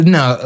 no